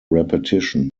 repetition